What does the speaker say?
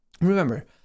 remember